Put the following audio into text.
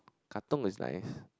Katong is like